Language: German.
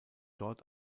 dort